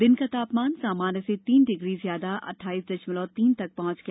दिन का तापमान सामान्य से तीन डिग्री ज्यादा अट्ठाइस दशमलव तीन तक पहुंच गया